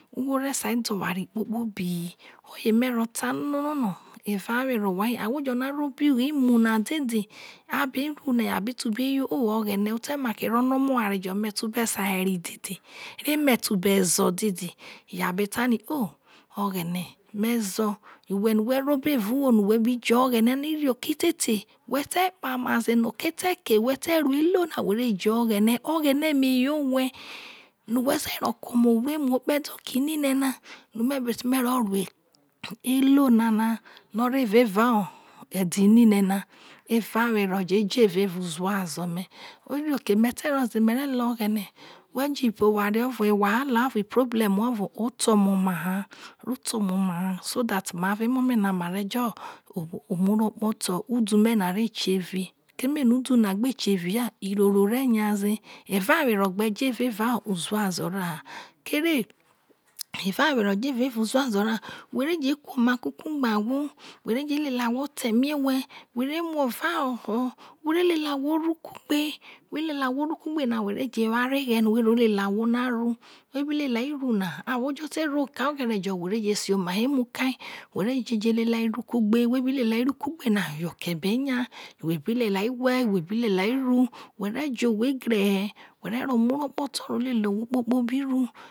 Ugho re sai de oware kpobi hi oye me ro ta no eva were ouha ahwo jo no a ro oba uwuo imu na dede a ho le abi bo no o oghene o te make rono omoware me make re dede re me tube zo dede uroke me te roze me ve le ino oghene whe jo ewahala ovo hayo iproble ovo ote ome oma ha ote ome oma ha ute ome oma ha who je ku oma kukugbe ahwo who re mu ova hoho who ve je who areghe no who lo lele ahwo na ru who re je ohwo egre he omurokoto lele ahwo kpobi ru